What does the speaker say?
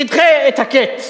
ידחה את הקץ